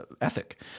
ethic